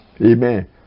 Amen